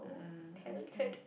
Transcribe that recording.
mm okay